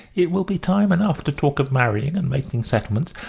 it will be time enough to talk of marrying and making settlements.